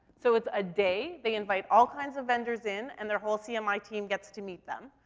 so it's a day, they invite all kinds of vendors in, and their whole cmi team gets to meet them.